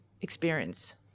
experience